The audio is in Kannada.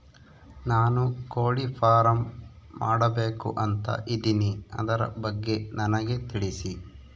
ನಾನು ಕೋಳಿ ಫಾರಂ ಮಾಡಬೇಕು ಅಂತ ಇದಿನಿ ಅದರ ಬಗ್ಗೆ ನನಗೆ ತಿಳಿಸಿ?